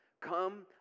Come